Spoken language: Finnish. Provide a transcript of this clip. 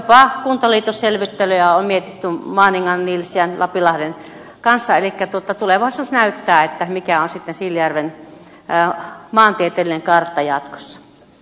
jopa kuntaliitosselvittelyjä on mietitty maaningan nilsiän lapinlahden kanssa elikkä tulevaisuus näyttää mikä on sitten siilinjärven maantieteellinen kartta jatkossa